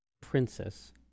princess